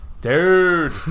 Dude